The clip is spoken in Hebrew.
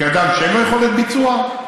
כאדם שאין לו יכולת ביצוע?